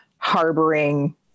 Harboring